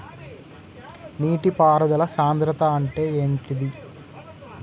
నీటి పారుదల సంద్రతా అంటే ఏంటిది?